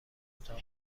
اتاق